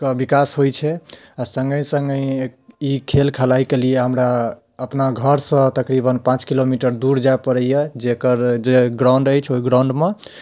कऽ विकास होइत छै आ सङ्गहि सङ्गहि ई खेल खेलाइ कऽ लिअ हमरा अपना घरसँ तकरीबन पाँच किलोमीटर दूर जाय पड़ैए जेकर जे ग्राउण्ड अछि ओहि ग्राउण्डमे